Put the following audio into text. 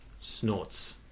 snorts